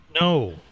No